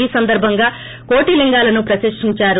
ఈ సందర్భంగా కోటి లింగాలను ప్రతిష్షించారు